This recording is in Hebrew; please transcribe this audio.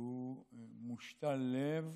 שהוא מושתל לב